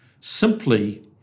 Simply